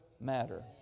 matter